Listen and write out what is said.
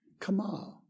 Kamal